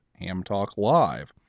HamTalkLive